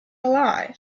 alive